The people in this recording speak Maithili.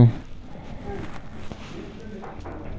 एहि योजनाक लाभार्थी वैह भए सकै छै, जेकरा दू हेक्टेयर सं कम भूमि होय